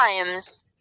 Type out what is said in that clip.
times